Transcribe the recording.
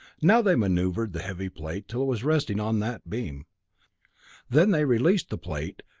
now they maneuvered the heavy plate till it was resting on that beam then they released the plate,